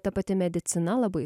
ta pati medicina labai